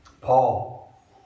Paul